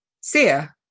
Sia